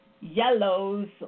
yellows